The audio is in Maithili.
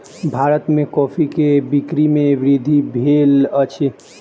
भारत में कॉफ़ी के बिक्री में वृद्धि भेल अछि